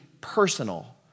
personal